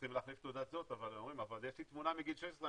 שצריכים להחליף תעודת זהות ואומרים 'אבל יש לי תמונה מגיל 16,